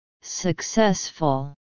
Successful